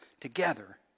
together